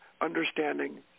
understanding